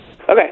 Okay